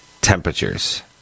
temperatures